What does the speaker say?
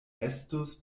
estus